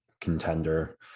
contender